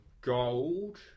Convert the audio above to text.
gold